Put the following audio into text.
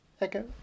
echo